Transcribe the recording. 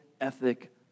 ethic